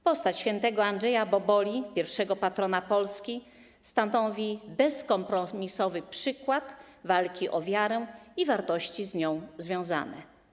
Postać św. Andrzeja Boboli, pierwszego patrona Polski, stanowi bezkompromisowy przykład walki o wiarę i wartości z nią związane.